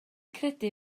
credu